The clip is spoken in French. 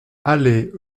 allée